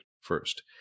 first